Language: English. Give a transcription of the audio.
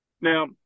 Now